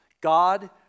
God